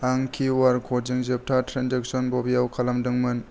आं Q R क'डजों जोबथा ट्रेन्जेक्सन बबेयाव खालामदोंमोन